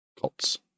cults